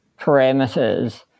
parameters